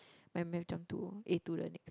my Math jump to A two the next